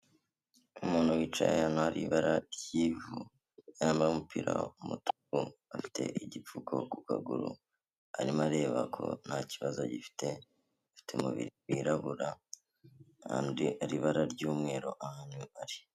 Umuntu wicaye ahantu hari ibara ry'ivu, yambaye umupira w'umutuku, afite igipfuko ku kaguru, arimo areba ko nta kibazo gifite, afite umubiri wirabura kandi hari ibara ry'umweru ahantu ari.